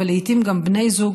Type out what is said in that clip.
אבל לעיתים גם בני זוג,